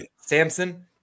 Samson